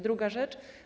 Druga rzecz.